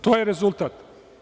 To je rezultat.